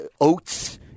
oats